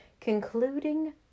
concluding